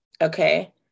okay